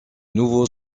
nouveau